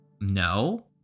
no